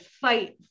fight